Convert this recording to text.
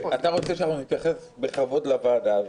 אתה רוצה שאנחנו נתייחס בכבוד לוועדה הזאת,